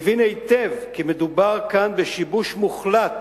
מבין היטב כי מדובר כאן בשיבוש מוחלט